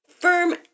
Firm